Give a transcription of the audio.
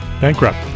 Bankrupt